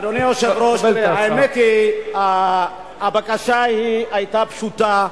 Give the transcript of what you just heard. אדוני היושב-ראש, האמת היא, הבקשה היתה פשוטה.